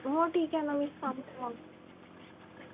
हो ठीक आहे ना मी सांगते मग